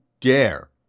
dare